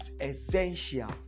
essential